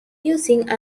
using